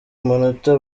amanota